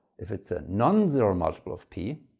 if it's a nonzero multiple of p,